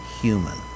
human